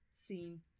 seen